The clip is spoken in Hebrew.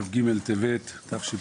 היום יום שני, כ"ג בטבת התשפ"ג.